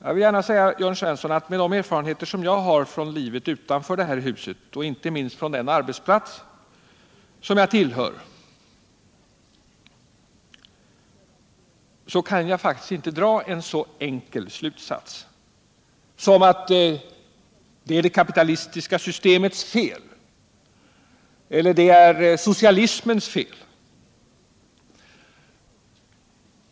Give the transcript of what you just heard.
Jag vill gärna säga Jörn Svensson att med de erfarenheter jag har från livet utanför detta hus, inte minst från den arbetsplats jag tillhör, kan jag faktiskt inte dra en så enkel slutsats som att det är det kapitalistiska systemets fel eller att det är socialismens fel.